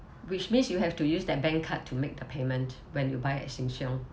which means you have to use their bank card to make the payment when you buy at sheng shiong